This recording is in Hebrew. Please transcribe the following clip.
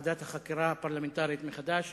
ועדת החקירה הפרלמנטרית מחדש.